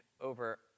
over